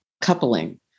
coupling